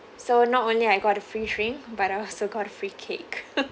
so not only I got a free drink but I also got a free cake